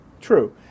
True